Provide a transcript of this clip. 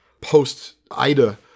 post-IDA